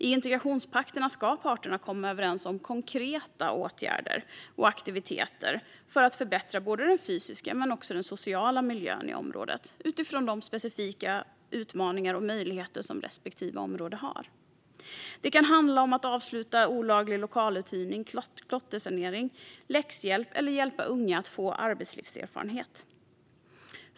I integrationspakterna ska parterna komma överens om konkreta åtgärder och aktiviteter för att förbättra både den fysiska och den sociala miljön i området utifrån de specifika utmaningar och möjligheter som respektive område har. Det kan handla om att avsluta olaglig lokaluthyrning eller om klottersanering, läxhjälp eller hjälp till unga att få arbetslivserfarenheter.